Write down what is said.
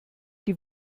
die